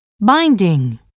binding